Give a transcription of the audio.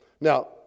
now